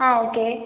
ஆ okay